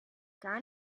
gar